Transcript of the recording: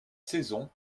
saison